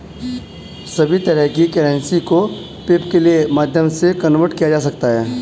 सभी तरह की करेंसी को पेपल्के माध्यम से कन्वर्ट किया जा सकता है